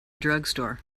drugstore